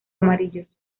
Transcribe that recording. amarillos